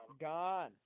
Gone